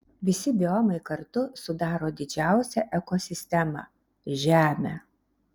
visi biomai kartu sudaro didžiausią ekosistemą žemę